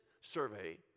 survey